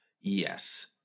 Yes